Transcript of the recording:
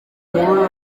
nkuru